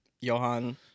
Johan